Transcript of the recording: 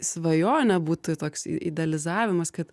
svajonė būtų toks idealizavimas kad